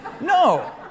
No